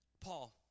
Paul